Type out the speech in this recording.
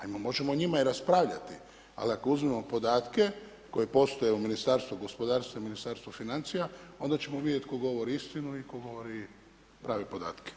Ajmo možemo o njima i raspravljati, ali ako uzmemo podatke koji postoje u Ministarstvu gospodarstva i Ministarstvu financija, onda ćemo vidjeti tko govori istinu i tko govori prave podatke.